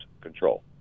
control